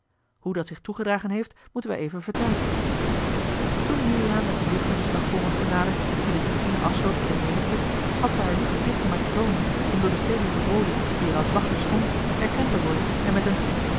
hoe dat zich toegedragen heeft moeten wij even vertellen toen juliaan met de juffer den slagboom was genaderd die de tribune afsloot voor de menigte had zij haar lief gezichtje maar te toonen om door den stedelijken bode die er als wachter stond herkend te worden en met een